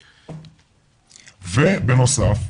ובנוסף,